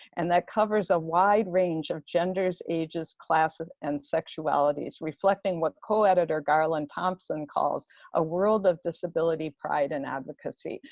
and that covers a wide range of genders, ages, classes, and sexualities reflecting what co-editor garlan-thomson calls a world of disability, pride and advocacy.